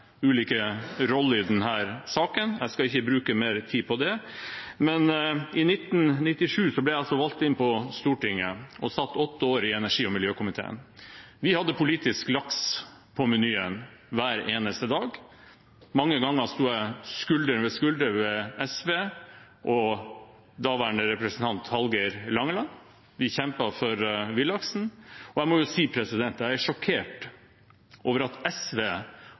ulike roller i denne saken. Jeg skal ikke bruke mer tid på det. I 1997 ble jeg valgt inn på Stortinget, og jeg satt åtte år i energi- og miljøkomiteen. Vi hadde, politisk, laks på menyen hver eneste dag. Mange ganger sto jeg skulder ved skulder med SV og daværende representant Hallgeir Langeland. Vi kjempet for villaksen, og jeg må si jeg er sjokkert over at SV